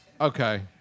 Okay